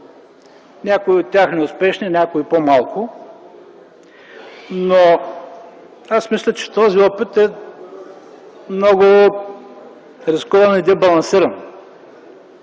някои от тях неуспешни, някои по-малко. Но аз мисля, че този опит е много рискован и дебалансиран.